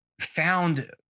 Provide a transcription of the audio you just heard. found